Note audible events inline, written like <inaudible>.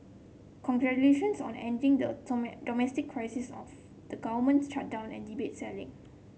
congratulations on ending the <unintelligible> domestic crisis of the government shutdown and debt ceiling